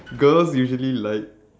girls usually like